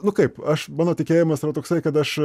nu kaip aš mano tikėjimas yra toksai kad aš